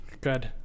Good